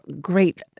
great